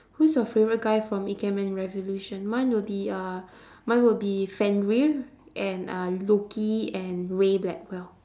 who's your favourite guy from ikemen-revolution mine will be uh mine will be fenrir and uh loki and ray blackwell